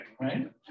Right